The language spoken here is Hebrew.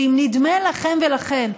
ואם נדמה לכם ולכן,